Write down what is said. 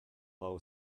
low